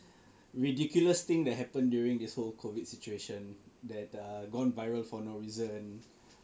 ridiculous thing that happened during this whole COVID situation that err gone viral for no reason